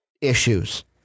issues